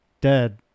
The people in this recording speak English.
dead